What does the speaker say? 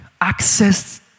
access